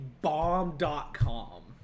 bomb.com